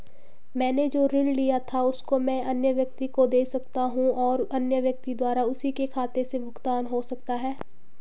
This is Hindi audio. मैंने जो ऋण लिया था उसको मैं अन्य व्यक्ति को दें सकता हूँ और अन्य व्यक्ति द्वारा उसी के खाते से भुगतान हो सकता है?